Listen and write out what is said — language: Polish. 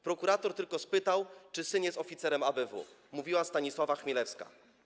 Prokurator tylko spytał, czy syn jest oficerem ABW” - mówiła Stanisława Chmielewska.